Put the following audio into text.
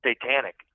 satanic